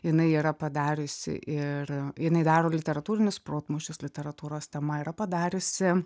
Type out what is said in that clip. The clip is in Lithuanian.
jinai yra padariusi ir jinai daro literatūrinius protmūšius literatūros tema yra padariusi